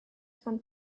and